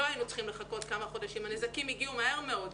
לא היינו צריכים לחכות כמה חודשים אלא הנזקים הגיעו מהר מאוד.